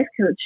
coach